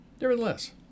Nevertheless